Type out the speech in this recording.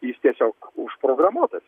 jis tiesiog užprogramuotas